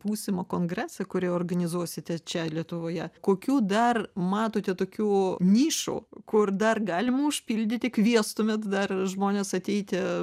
būsimą kongresą kurį organizuosite čia lietuvoje kokių dar matote tokių nišų kur dar galima užpildyti kviestumėt dar žmones ateiti